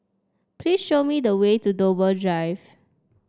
please show me the way to Dover Drive